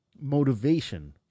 motivation